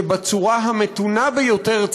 שבצורה המתונה ביותר,